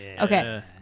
Okay